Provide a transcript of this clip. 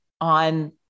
on